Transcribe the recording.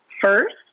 first